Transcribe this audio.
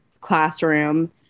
classroom